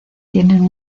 tienen